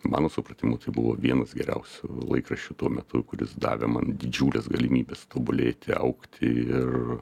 mano supratimu tai buvo vienas geriausių laikraščių tuo metu kuris davė man didžiulės galimybės tobulėti augti ir